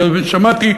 שמעתי,